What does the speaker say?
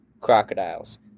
crocodiles